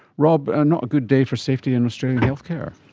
rob, not a good day for safety in australian healthcare.